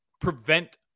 prevent